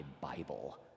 Bible